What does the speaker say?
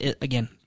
again